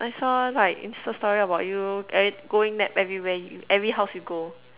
I saw like Insta story about you ever~ going nap every where you every house you go